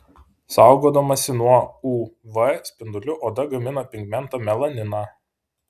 saugodamasi nuo uv spindulių oda gamina pigmentą melaniną